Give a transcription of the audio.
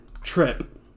Trip